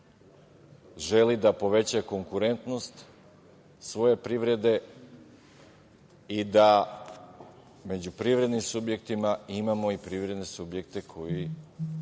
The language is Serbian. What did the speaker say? želi da poveća konkurentnost svoje privrede i da među privrednim subjektima imamo i privredne subjekte koji